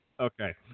Okay